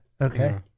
Okay